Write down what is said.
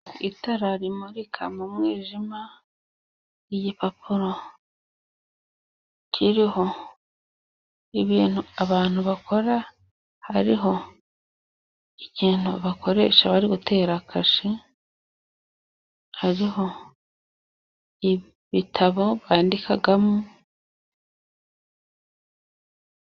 Itara rimurika mu mwijima, igipapuro kiriho ibintu abantu bakora, hariho ikintu bakoresha bari gutera kashe, hariho ibitabo bandikagamo.